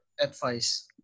advice